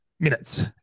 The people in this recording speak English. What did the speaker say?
Minutes